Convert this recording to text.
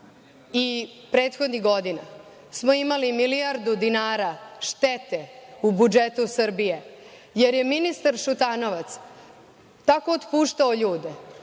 i prethodnih godina smo imali milijardu dinara štete u budžetu Srbije jer je ministar Šutanovac tako otpuštao ljude,